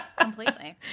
Completely